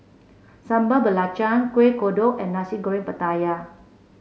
Sambal Belacan Kuih Kodok and Nasi Goreng Pattaya